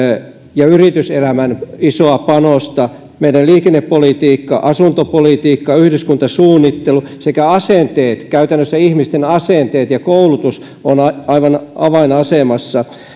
ja yrityselämän isoa panosta meidän liikennepolitiikka asuntopolitiikka yhdyskuntasuunnittelu sekä asenteet käytännössä ihmisten asenteet ja koulutus ovat aivan avainasemassa